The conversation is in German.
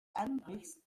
anbrichst